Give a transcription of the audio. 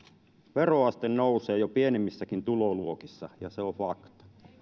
veroaste nousee jo pienemmissäkin tuloluokissa ja se on fakta